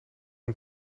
een